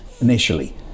initially